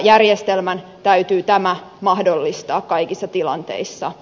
järjestelmän täytyy tämä mahdollistaa kaikissa tilanteissa